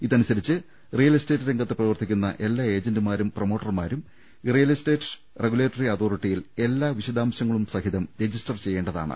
ഇതനുസരിച്ച് real estate രംഗത്ത് പ്രവർത്തിക്കുന്ന എല്ലാ ഏജന്റുമാരും പ്രമോട്ടർമാരും റിയൽ എസ്റ്റേറ്റ് റഗ്ഗുലേറ്ററി അതോറി റ്റിയിൽ എല്ലാ വിശദാംശങ്ങളും സഹിതം രജിസ്റ്റർ ചെയ്യേണ്ടതാണ്